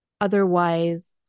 otherwise